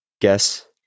guess